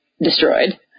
destroyed